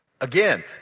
Again